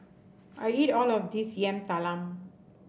I eat all of this Yam Talam